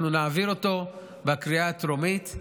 אנחנו נעביר אותו בקריאה טרומית,